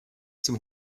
zum